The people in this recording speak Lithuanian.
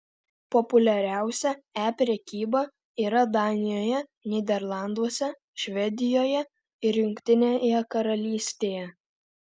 populiariausia e prekyba yra danijoje nyderlanduose švedijoje ir jungtinėje karalystėje